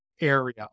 area